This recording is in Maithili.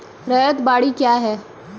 रैयत बाड़ी क्या हैं?